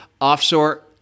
Offshore